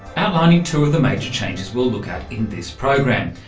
outlining two of the major changes we'll look at in this program.